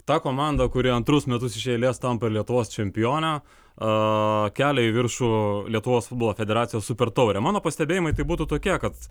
ta komanda kuri antrus metus iš eilės tampa ir lietuvos čempione kelią į viršų lietuvos futbolo federacijos super taurę mano pastebėjimai tai būtų tokie kad